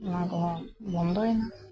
ᱱᱚᱣᱟ ᱠᱚᱦᱚᱸ ᱵᱚᱱᱫᱚᱭ ᱱᱟ